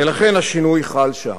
ולכן השינוי חל שם,